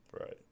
Right